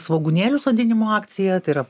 svogūnėlių sodinimo akcija tai yra